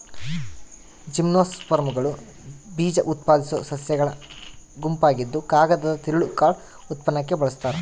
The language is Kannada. ಜಿಮ್ನೋಸ್ಪರ್ಮ್ಗಳು ಬೀಜಉತ್ಪಾದಿಸೋ ಸಸ್ಯಗಳ ಗುಂಪಾಗಿದ್ದುಕಾಗದದ ತಿರುಳು ಕಾರ್ಡ್ ಉತ್ಪನ್ನಕ್ಕೆ ಬಳಸ್ತಾರ